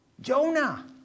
Jonah